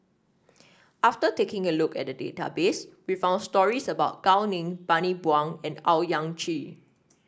after taking a look at the database we found stories about Gao Ning Bani Buang and Owyang Chi